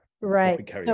right